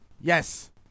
Yes